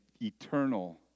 eternal